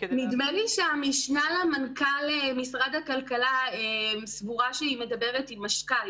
נדמה לי שהמשנה למנכ"ל משרד הכלכלה סבורה שהיא מדברת עם משכ"ל,